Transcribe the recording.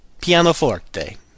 Pianoforte